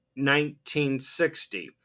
1960